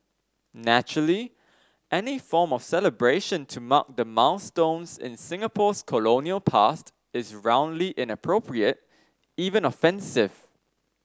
naturally any form of celebration to mark the milestones in Singapore's colonial past is roundly inappropriate even offensive